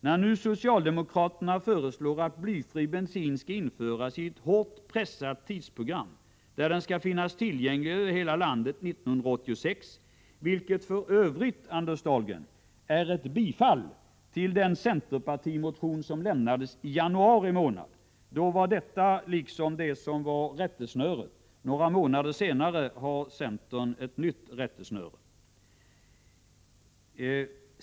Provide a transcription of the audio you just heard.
När nu socialdemokraterna föreslår att blyfri bensin skall införas i ett hårt pressat tidsprogram som innebär att den skall finnas tillgänglig över hela landet 1986, vilket för övrigt, Anders Dahlgren, innebär ett bifall till den centerpartimotion som väcktes i januari månad — då var detta rättesnöret för centern; några månader senare har centern ett nytt rättesnöre — anser centerpartiet att det är otillräckligt.